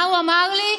מה הוא אמר לי?